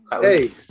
Hey